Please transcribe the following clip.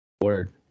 word